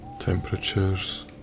temperatures